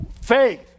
faith